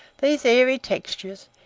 these airy textures,